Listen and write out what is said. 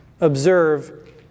observe